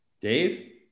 Dave